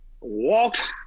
walked